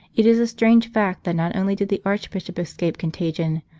it is a strange fact that not only did the arch bishop escape contagion,